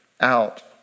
out